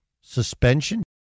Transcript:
suspension